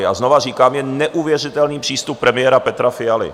A znovu říkám, je neuvěřitelný přístup premiéra Petra Fialy.